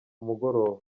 mugoroba